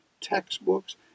textbooks